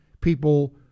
people